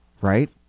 right